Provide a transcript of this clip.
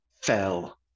fell